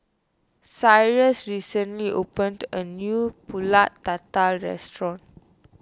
Cyrus recently opened a new Pulut Tatal restaurant